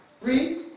Read